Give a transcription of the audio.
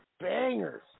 bangers